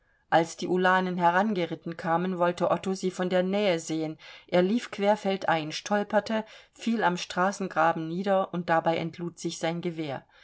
als die ulanen herangeritten kamen wollte otto sie von der nähe sehen er lief querfeldein stolperte fiel am straßengraben nieder und dabei entlud sich sein gewehr